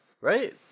Right